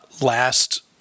last